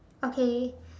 okay